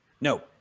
No